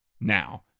Now